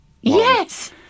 Yes